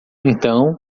então